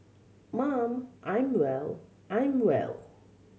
mum I'm well I'm well